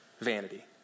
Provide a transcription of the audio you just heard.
vanity